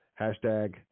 hashtag